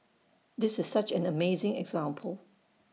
this is such an amazing example